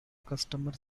customer